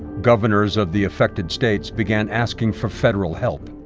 governors of the affected states began asking for federal help.